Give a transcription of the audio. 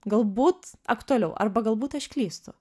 galbūt aktualiau arba galbūt aš klystu